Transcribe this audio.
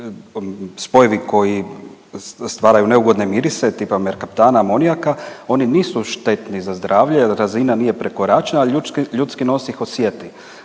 spojevi koji stvaraju neugodne mirise tipa merkatana, amonijaka oni nisu štetni za zdravlje jer razina nije prekoračena, a ljudski nos ih osjeti.